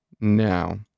now